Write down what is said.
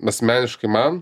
asmeniškai man